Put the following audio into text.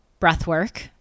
breathwork